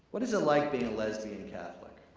what is it like being a lesbian catholic?